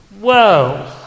Whoa